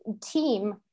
team